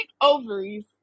ovaries